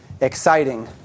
exciting